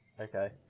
Okay